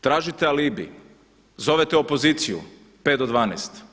Tražite alibi zovete opoziciju 5 do 12.